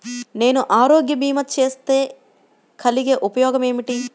నేను ఆరోగ్య భీమా చేస్తే కలిగే ఉపయోగమేమిటీ?